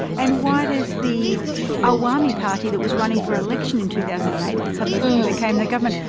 and why does the awami party that was running for election in two thousand and eight that subsequently became the government,